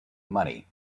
money